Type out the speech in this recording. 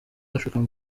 african